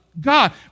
God